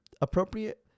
appropriate